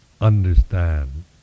understand